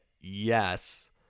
yes